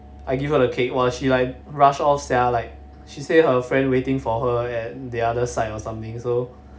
I give her the cake !wah! she like rush off sia like she say her friend waiting for her at the other side or something so